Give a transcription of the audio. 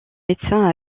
médecin